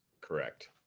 Correct